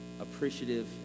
Appreciative